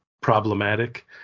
problematic